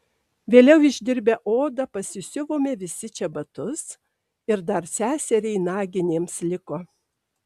vėliau išdirbę odą pasisiuvome visi čebatus ir dar seseriai naginėms liko